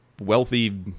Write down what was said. wealthy